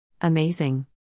Amazing